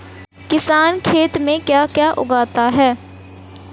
किसान खेत में क्या क्या उगाता है?